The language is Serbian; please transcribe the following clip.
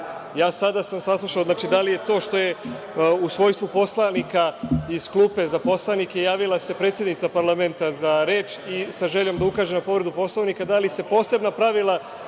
po učinjenoj povredi. Da li je to što se u svojstvu poslanika iz klupe za poslanike javila predsednica parlamenta za reč, sa željom da ukaže na povredu Poslovnika? Da li se posebna pravila